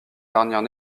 dernières